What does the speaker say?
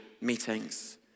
meetings